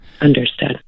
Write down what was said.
Understood